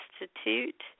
Institute